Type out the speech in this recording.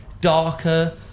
darker